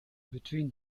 between